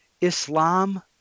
Islam